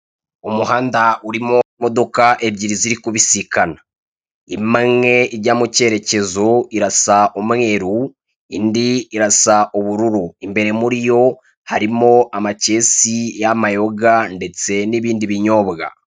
Umuhanda urimo imodoka ebyiri ziri kubisikana, imwe ijya mu cyerekezo irasa umweru indi irasa ubururu, imbere muriyo harimo amakesi y'amayoga ndetse n'ibindi binyobwa.